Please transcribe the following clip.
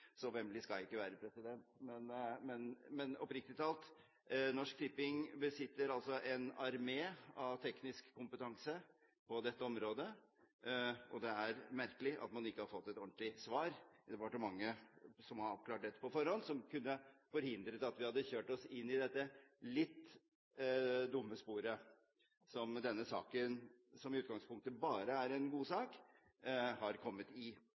Så vemmelig skal jeg ikke være, men oppriktig talt: Norsk Tipping besitter altså en armé av folk med teknisk kompetanse på dette området. Det er merkelig at man ikke har fått et ordentlig svar, at man ikke har avklart dette på forhånd. Det kunne forhindret at vi hadde kjørt oss inn i dette litt dumme sporet som denne saken, som i utgangspunktet bare var en god sak, har kommet i.